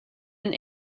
and